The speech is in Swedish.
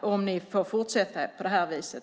om ni får fortsätta på det här viset.